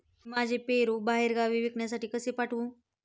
मी माझे पेरू बाहेरगावी विकण्यासाठी कसे पाठवू?